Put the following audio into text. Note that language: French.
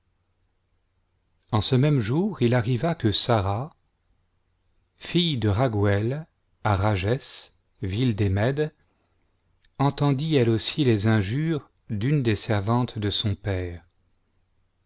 en ce même jour il arriva que sara fille de raguël à rages ville des rlèdes entendit elle aussi les injures d'une des servantes de son père